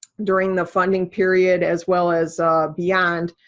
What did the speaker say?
during the funding period, as well as beyond,